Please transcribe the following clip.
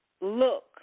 look